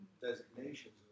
designations